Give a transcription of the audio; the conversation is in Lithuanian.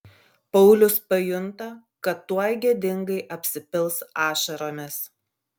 paulius pajunta kad tuoj gėdingai apsipils ašaromis